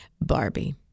Barbie